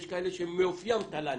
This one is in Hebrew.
יש כאלה שמאופיים תל"נים.